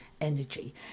energy